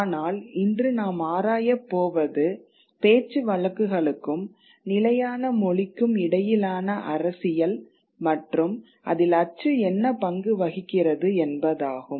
ஆனால் இன்று நாம் ஆராயப்போவது பேச்சுவழக்குகளுக்கும் நிலையான மொழிக்கும் இடையிலான அரசியல் மற்றும் அதில் அச்சு என்ன பங்கு வகிக்கிறது என்பதாகும்